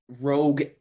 rogue